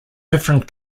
different